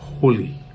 holy